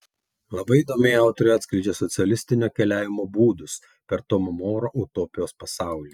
labai įdomiai autorė atskleidžia socialistinio keliavimo būdus per tomo moro utopijos pasaulį